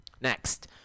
Next